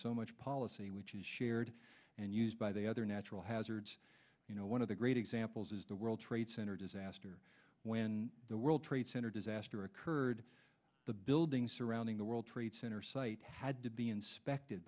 so much policy which is shared and used by the other natural hazards you know one of the great examples is the world trade center disaster when the world trade center disaster occurred the buildings surrounding the world trade center site had to be inspected